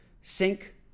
sync